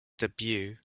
debut